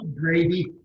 gravy